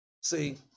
See